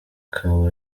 ikawa